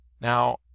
Now